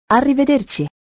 Arrivederci